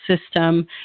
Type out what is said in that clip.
system